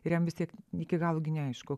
ir jam vis tiek iki galo gi neaišku